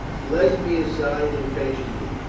lesbia sighed impatiently.